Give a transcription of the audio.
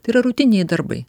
tai yra rutininiai darbai